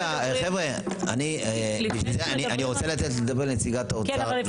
רגע חבר'ה, אני רוצה לתת לדבר לנציגת האוצר.